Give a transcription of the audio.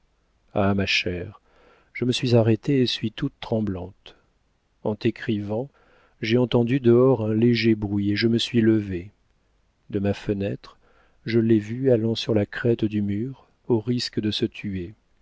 ah ma chère je me suis arrêtée et suis toute tremblante en t'écrivant j'ai entendu dehors un léger bruit et je me suis levée de ma fenêtre je l'ai vu allant sur la crête du mur au risque de se tuer